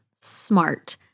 smart